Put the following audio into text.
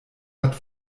hat